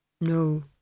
No